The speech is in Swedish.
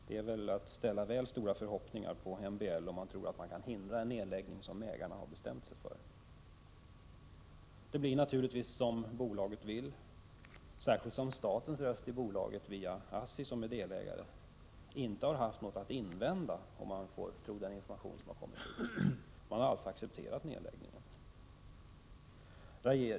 Det är väl att ställa för höga förhoppningar på MBL om man tror att man kan hindra en nedläggning som ägarna har bestämt sig för. Det blir naturligtvis som bolaget vill, särskilt som statens röst i bolaget i form av ASSI, som är delägare, om man får tro den information som har lämnats, inte har haft något att invända. Man har alltså accepterat nedläggningen.